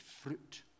fruit